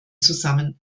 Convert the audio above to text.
zusammen